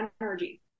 energy